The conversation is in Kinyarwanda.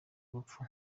rupfu